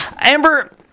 Amber